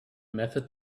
method